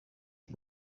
iki